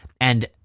And-